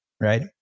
Right